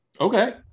Okay